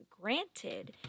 Granted